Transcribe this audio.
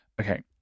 Okay